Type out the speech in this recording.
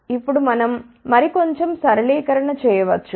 ఇప్పుడు మనం మరి కొంచెం సరళీకరణ చేయవచ్చు